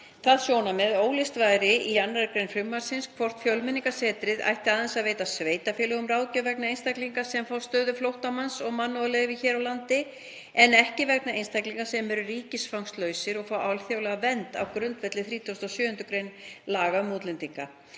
það sjónarmið að óljóst væri í 2. gr. frumvarpsins hvort Fjölmenningarsetur ætti aðeins að veita sveitarfélögum ráðgjöf vegna einstaklinga sem fá stöðu flóttamanns og mannúðarleyfi hér á landi, en ekki vegna einstaklinga sem eru ríkisfangslausir og fá alþjóðlega vernd á grundvelli 37. gr. laga um útlendinga,